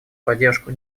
поддержку